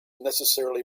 necessarily